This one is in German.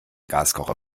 gaskocher